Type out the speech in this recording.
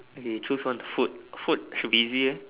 okay choose one food food should be easy eh